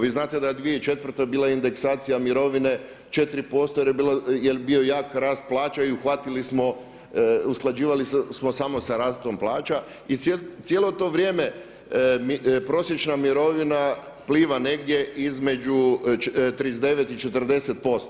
Vi znate da je 2004. bila indeksacija mirovine 4% jel bio jak rast plaća i uhvatili smo usklađivali smo samo sa rastom plaća i cijelo to vrijeme prosječna mirovina pliva negdje između 39 i 40%